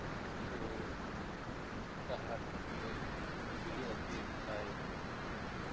ᱛᱚ ᱰᱟᱦᱟᱨ ᱛᱷᱮᱹᱠᱮᱹ ᱜᱳᱞᱤ ᱚᱵᱽᱫᱤ ᱰᱷᱟᱹᱞᱟᱹᱭ